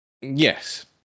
Yes